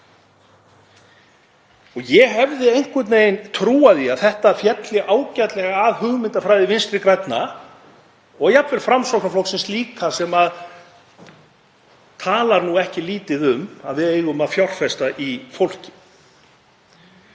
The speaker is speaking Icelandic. Ég hefði einhvern veginn trúað því að þetta félli ágætlega að hugmyndafræði Vinstri grænna og jafnvel Framsóknarflokksins líka, sem talar nú ekki lítið um að við eigum að fjárfesta í fólki,